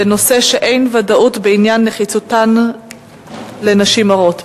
בנושא: בדיקות שאין ודאות בעניין נחיצותן לנשים הרות.